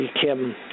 Kim